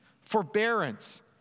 forbearance